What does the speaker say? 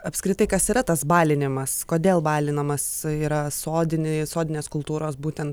apskritai kas yra tas balinimas kodėl balinamas yra sodini sodinės kultūros būtent